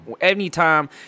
Anytime